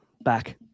back